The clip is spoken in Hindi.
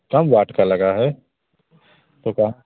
कम वाट का लगा है छोटा